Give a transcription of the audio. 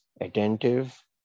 attentive